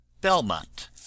Belmont